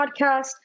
podcast